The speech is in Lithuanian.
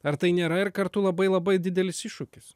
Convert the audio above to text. ar tai nėra ir kartu labai labai didelis iššūkis